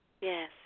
Yes